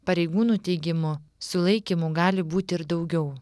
pareigūnų teigimu sulaikymų gali būti ir daugiau